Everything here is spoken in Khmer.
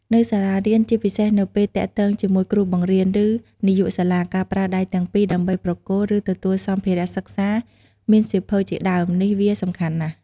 នៅសាលារៀន ជាពិសេសនៅពេលទាក់ទងជាមួយគ្រូបង្រៀន ឬនាយកសាលា ការប្រើដៃទាំងពីរដើម្បីប្រគល់ ឬទទួលសម្ភារៈសិក្សាមានសៀវភៅជាដើមនេះវាសំខាន់ណាស់។